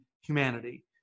humanity